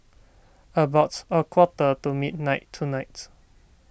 about a quarter to midnight tonight